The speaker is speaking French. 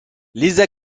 lisa